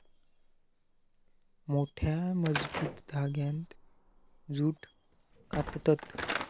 मोठ्या, मजबूत धांग्यांत जूट काततत